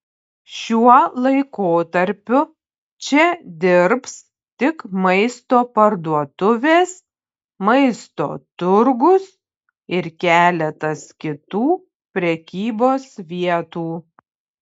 šiuo laikotarpiu čia dirbs tik maisto parduotuvės maisto turgus ir keletas kitų prekybos vietų